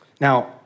Now